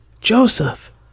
Joseph